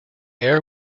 air